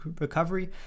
recovery